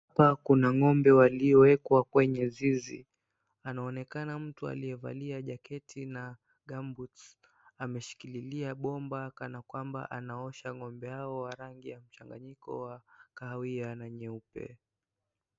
Hapa kuna ngombe waliowekwa kwenye zizi, anaonekana mtub aliyevalia kajeti na gumboots ameshikililia bomba kana kwamba anaosha ngombe hawa wa rangi ya mchanganyiko wa kahawia na nyeupe.